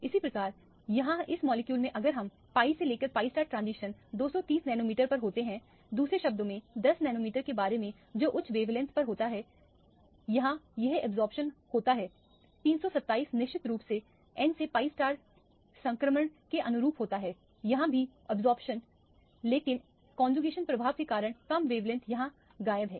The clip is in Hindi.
इस प्रकार जहां इस मॉलिक्यूल में अगर हम pi से लेकर pi ट्रांजिशन 230 नैनोमीटर पर होते हैं दूसरे शब्दों में 10 नैनोमीटर के बारे में जो उच्च वेवलेंथ पर होता है जहां यह अब्जॉर्प्शन होता है 327 निश्चित रूप से n से pi स्टार संक्रमण के अनुरूप होता है यहां भी अब्जॉर्प्शन लेकिन कौनजुकेशन प्रभाव के कारण कम वेवलेंथ यहां गायब है